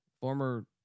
former